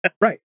Right